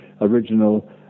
original